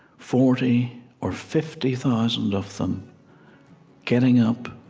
forty or fifty thousand of them getting up